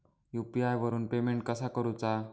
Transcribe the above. UPI वरून payment कसा करूचा?